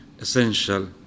essential